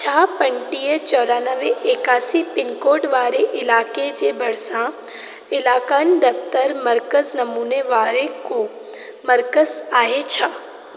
छा पंटीह चोराणानवे एकासी पिनकोड वारे इलाइक़े जे भरिसां इलाइक़नि दफ़्तरु मर्कज़ नमूने वारे को मर्कज़ आहे छा